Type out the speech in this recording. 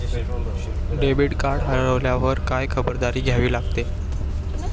Debit card हरवल्यावर काय खबरदारी घ्यायला पाहिजे?